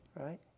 right